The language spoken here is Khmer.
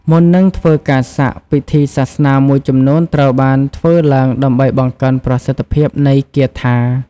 មុននឹងធ្វើការសាក់ ពិធីសាសនាមួយចំនួនត្រូវបានធ្វើឡើងដើម្បីបង្កើនប្រសិទ្ធភាពនៃគាថា។